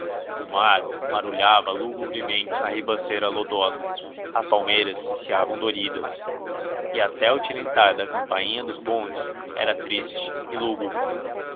o mar marulhava lugubremente na ribanceira lodosa as palmeiras ciciavam doridas e até o tilintar da campainha dos bondes era triste e lúgubre